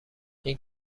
این